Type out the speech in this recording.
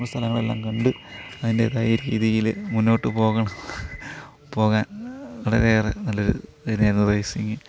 ഇപ്പം സ്ഥലങ്ങളെല്ലാം കണ്ട് അതിൻ്റെതായ രീതിയില് മുന്നോട്ട് പോകാൻ പോകാൻ വളരെ ഏറെ നല്ലൊരു ഇത് തന്നെ ആയിരുന്നു റേസിങ്